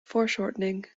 foreshortening